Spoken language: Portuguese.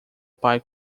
pai